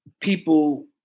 people